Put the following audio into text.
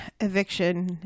eviction